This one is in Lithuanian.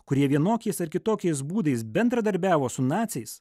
kurie vienokiais ar kitokiais būdais bendradarbiavo su naciais